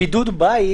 צו בידוד בית